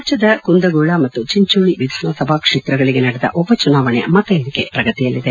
ರಾಜ್ಞದ ಕುಂದಗೋಳ ಮತ್ತು ಚಿಂಚೋಳಿ ವಿಧಾನಸಭಾ ಕ್ಷೇತ್ರಗಳಿಗೆ ನಡೆದ ಉಪಚುನಾವಣೆಯ ಮತ ಎಣಿಕೆ ಪ್ರಗತಿಯಲ್ಲಿದೆ